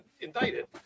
indicted